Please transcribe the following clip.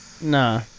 Nah